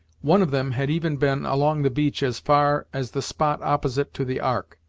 one of them had even been along the beach as far as the spot opposite to the ark,